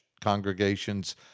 congregations—